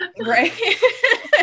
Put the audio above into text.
Right